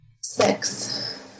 Six